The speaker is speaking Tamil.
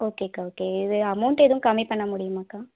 ஓகே அக்கா ஓகே இது அமௌண்ட் எதுவும் கம்மி பண்ண முடியுமா அக்கா